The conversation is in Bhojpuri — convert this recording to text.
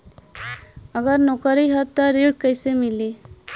अगर नौकरी ह त ऋण कैसे मिली?